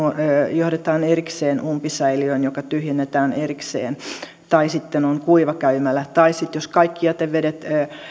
johdetaan erikseen umpisäiliöön joka tyhjennetään erikseen tai sitten on kuivakäymälä tai sitten jos kaikki jätevedet